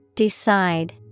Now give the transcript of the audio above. Decide